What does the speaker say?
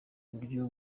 buryo